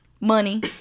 money